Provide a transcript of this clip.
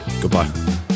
goodbye